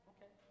Okay